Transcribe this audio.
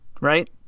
Right